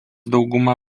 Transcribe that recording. dauguma